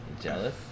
jealous